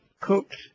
cooked